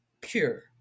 pure